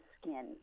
skin